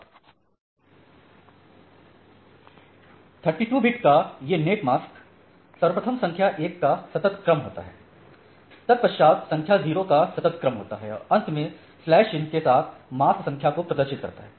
32 bits का ये net mask सर्वप्रथम संख्या 1 का सतत क्रम होता है तत्पश्चात संख्या 0 का सतत क्रम होता है और अंत में शलैश चिन्ह के साथ मास्क संख्या को प्रदर्शित करता है